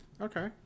Okay